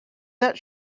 that